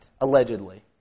allegedly